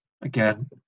again